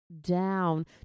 down